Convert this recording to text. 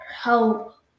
help